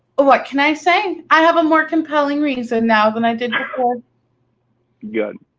what can i say? i have a more compelling reason now than i did good,